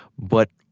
but,